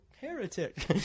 heretic